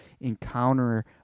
encounter